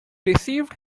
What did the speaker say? received